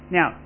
Now